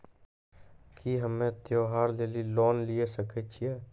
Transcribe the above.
की हम्मय त्योहार लेली लोन लिये सकय छियै?